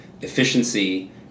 efficiency